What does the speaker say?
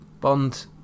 Bond